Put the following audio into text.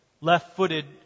left-footed